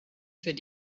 für